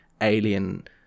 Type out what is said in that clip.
Alien